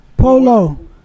polo